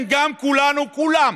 גם לכן כולנו כולם